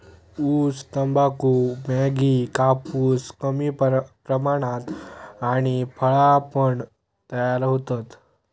ऊस, तंबाखू, मॅगी, कापूस कमी प्रमाणात आणि फळा पण तयार होतत